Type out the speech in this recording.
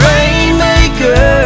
Rainmaker